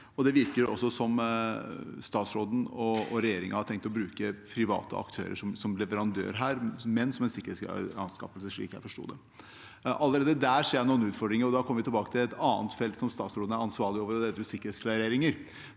det virker også som statsråden og regjeringen har tenkt å bruke private aktører som leverandører her, men som en sikkerhetsgradert anskaffelse, slik jeg forsto det. Allerede der ser jeg noen utfordringer, og da kommer vi tilbake til et annet felt som statsråden er ansvarlig for, og det er sikkerhetsklareringer.